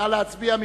נא להצביע.